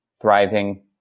thriving